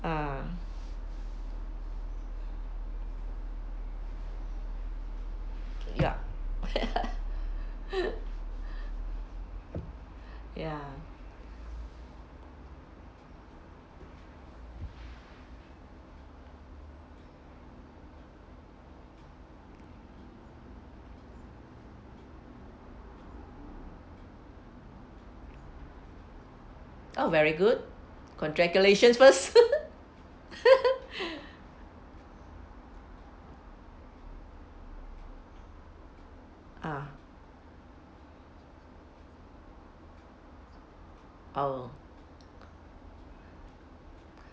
ah ya ya oh very good congratulations first ah oh